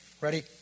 Ready